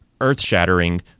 earth-shattering